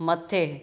मथे